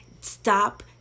Stop